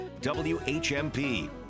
WHMP